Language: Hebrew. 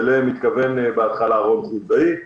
שאליהן התכוון בהתחלה רון חולדאי.